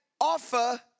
offer